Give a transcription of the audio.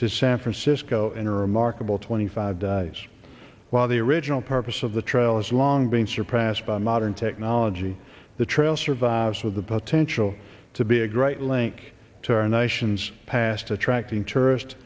to san francisco enter a mark about twenty five days while the original purpose of the trial has long been surpassed by modern technology the trial survives for the potential to be a great link to our nation's past attracting tourist